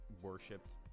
worshipped